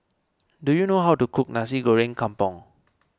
do you know how to cook Nasi Goreng Kampung